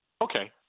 Okay